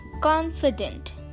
confident